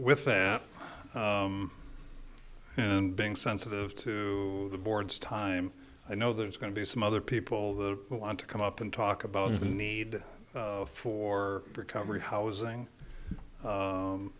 with that and being sensitive to the board's time i know there's going to be some other people that want to come up and talk about the need for recovery housing